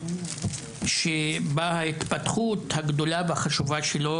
שבה ההתפתחות הגדולה והחשובה שלו,